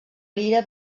lira